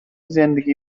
زندگی